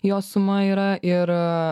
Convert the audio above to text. jo suma yra ir